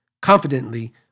confidently